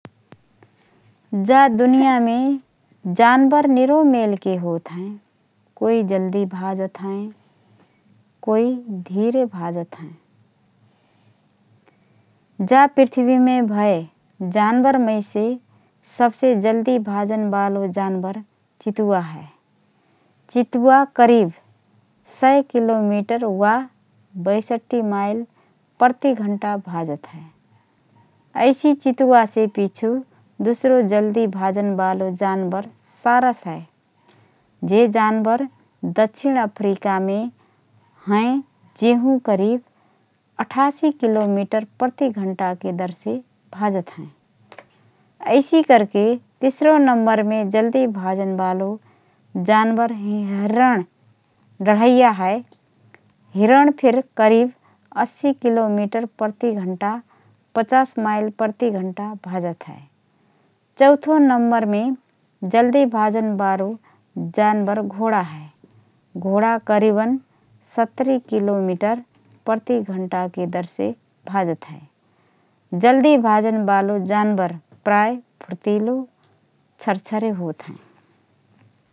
जा दुनियाँमे जानबर निरो मेलके होतहएँ । कोइ जल्दी भाजत हएँ । कोइ धिरेसे भाजत हएँ । जा पृथ्वीमे भए जानबरमैसे सबसे जल्दी भाजन बालो जानबर चितुवा हए । चितुवा करिब १०० किलोमीटर वा ६२ माइल प्रतिघण्टा भाजत हए । ऐसि चितुवासे पिछु दुसरो जल्दी भजन बालो जानबर सारस हए । जे जानबर दक्षिण अफ्रिकामे हएँ जेहु करिब ८८ किलोमिटर प्रति घण्टाके दरसे भाजत हएँ । ऐसि करके तिस्रो नम्बरमे जल्दी भाजन बालो जानबर हिरण(डढैया) हए । हिरण फिर करीब ८० किलोमिटर प्रति घण्टा(५० माइल प्रति घण्टा) भाजत हए । चौथो नम्बरमे जल्दी भजन बालो जानबर घोडा हए । घोडा करिबन ७० किलोमिटर प्रति घण्टाके दरसे भाजत हए । जल्दी भाजन बाले जानबर प्राय: फुर्तिले, छरछरे होतहएँ ।